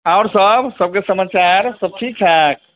और सब सबके समाचार सब ठीकठाक